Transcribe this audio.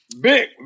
Big